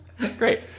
Great